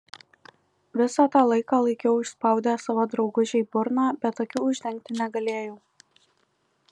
visą tą laiką laikiau užspaudęs savo draugužei burną bet akių uždengti negalėjau